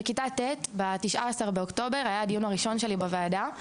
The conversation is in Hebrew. בכיתה ט' ב-19 באוקטובר היה הדיון הראשון שלי בוועדה,